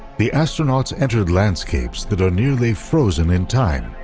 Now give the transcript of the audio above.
the astronauts entered landscapes that are nearly frozen in time.